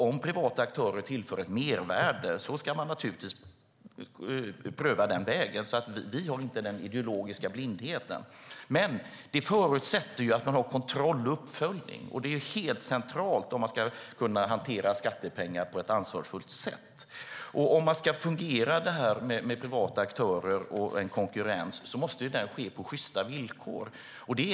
Om privata aktörer tillför ett mervärde ska man givetvis pröva den vägen. Vi socialdemokrater har alltså ingen ideologisk blindhet här. Det förutsätter dock att man har kontroll och uppföljning, och det är helt centralt om man ska hantera skattepengar på ett ansvarsfullt sätt. Ska det fungera med privata aktörer och konkurrens måste det ske på sjysta villkor.